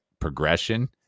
progression